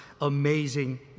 amazing